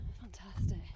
Fantastic